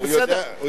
בסדר.